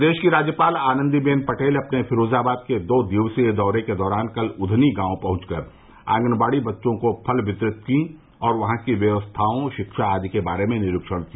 प्रदेश की राज्यपाल आनन्दीबेन पटेल अपने फिरोजाबाद के दो दिवसीय दौरे के दौरान कल ऊँधनी गॉव पहॅच कर ऑगनवाडी बच्चों को फल वितरित की और वहॉ की व्यवस्थाओं शिक्षा आदि के बारे में निरीक्षण किया